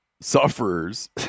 sufferers